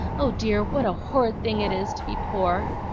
oh dear, what a horrid thing it is to be poor!